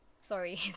Sorry